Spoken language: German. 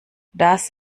das